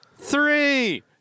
three